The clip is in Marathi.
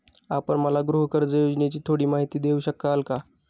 आपण मला गृहकर्ज योजनेची थोडी माहिती देऊ शकाल का?